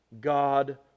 God